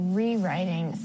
rewriting